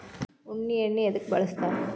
ಉಣ್ಣಿ ಎಣ್ಣಿ ಎದ್ಕ ಬಳಸ್ತಾರ್?